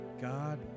God